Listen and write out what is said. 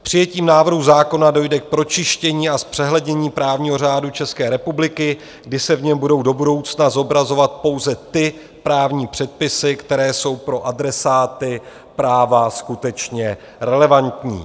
Přijetím návrhu zákona dojde k pročištění a zpřehlednění právního řádu České republiky, kdy se v něm budou do budoucna zobrazovat pouze ty právní předpisy, které jsou pro adresáty práva skutečně relevantní.